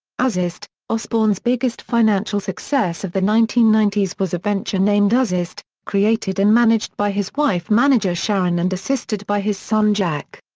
ozzfest osbourne's biggest financial success of the nineteen ninety s was a venture named ozzfest, created and managed by his wife manager sharon and assisted by his son jack.